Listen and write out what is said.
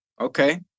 Okay